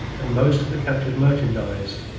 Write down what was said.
and most of the captured merchandise.